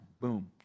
Boom